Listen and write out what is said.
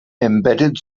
embedded